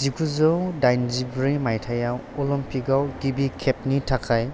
जिगुजौ दाइनजिब्रै मायथायाव अलम्पिकआव गिबि खेबनि थाखाय